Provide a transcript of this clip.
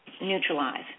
neutralize